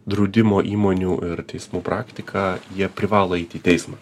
draudimo įmonių ir teismų praktiką jie privalo eiti į teismą